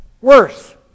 worse